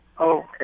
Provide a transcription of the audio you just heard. Okay